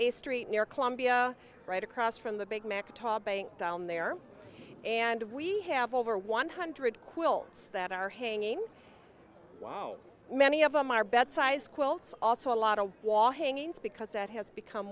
a street near columbia right across from the big mack top bank down there and we have over one hundred quilts that are hanging wow many of them are bet size quilts also a lot of wall hangings because that has become